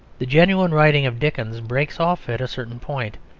the genuine writing of dickens breaks off at a certain point,